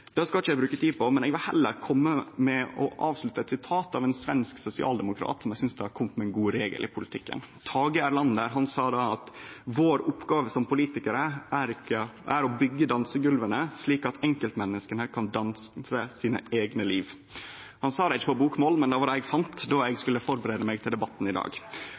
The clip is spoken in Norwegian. Eg skal ikkje bruke tid på det no, men vil heller avslutte med eit sitat frå ein svensk sosialdemokrat som eg synest har kome med ein god regel i politikken. Tage Erlander sa: «Vår oppgave som politikere er å bygge dansegulvene, slik at enkeltmenneskene kan få danse sine egne liv.» Han sa det ikkje på bokmål, men det var det eg fann då eg skulle førebu meg til debatten i dag.